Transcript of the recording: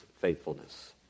faithfulness